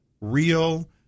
real